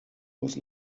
was